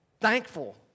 thankful